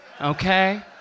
okay